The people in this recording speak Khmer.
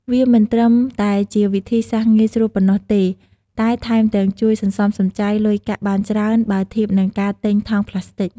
វាមិនត្រឹមតែជាវិធីសាស្ត្រងាយស្រួលប៉ុណ្ណោះទេ តែថែមទាំងជួយ សន្សំសំចៃ លុយកាក់បានច្រើន បើធៀបនឹងការទិញថង់ប្លាស្ទិក។